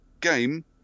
game